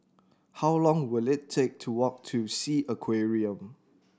how long will it take to walk to Sea Aquarium